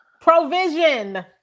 Provision